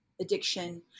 addiction